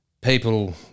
people